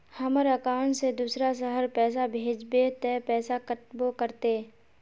हमर अकाउंट से दूसरा शहर पैसा भेजबे ते पैसा कटबो करते?